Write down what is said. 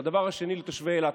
והדבר השני: תושבי אילת,